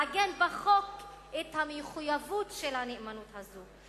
לעגן בחוק את המחויבות של הנאמנות הזאת,